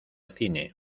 cine